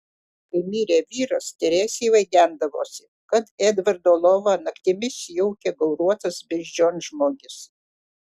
kai mirė vyras teresei vaidendavosi kad edvardo lovą naktimis jaukia gauruotas beždžionžmogis